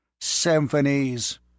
Symphonies